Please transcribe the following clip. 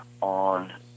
on